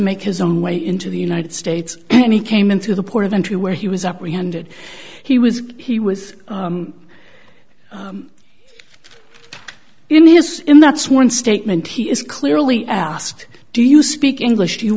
make his own way into the united states and he came into the port of entry where he was apprehended he was he was in his in that sworn statement he is clearly asked do you speak english do you